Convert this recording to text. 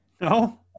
No